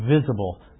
visible